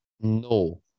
No